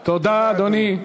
תודה, אדוני.